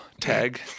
tag